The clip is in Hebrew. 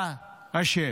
אתה אשם.